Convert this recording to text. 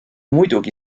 muidugi